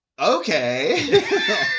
Okay